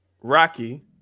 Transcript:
rocky